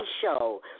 show